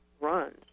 runs